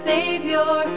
Savior